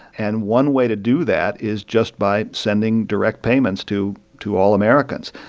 and one way to do that is just by sending direct payments to to all americans.